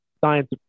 science